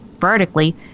vertically